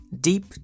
Deep